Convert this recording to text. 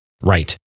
Right